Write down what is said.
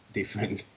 different